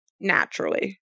naturally